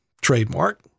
trademark